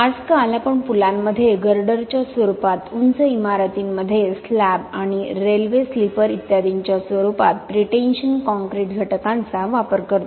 आजकाल आपण पुलांमध्ये गर्डरच्या स्वरूपात उंच इमारतींमध्ये स्लॅब आणि रेल्वे स्लीपर इत्यादींच्या स्वरूपात प्रीटेन्शन काँक्रीट घटकांचा वापर करतो